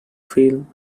film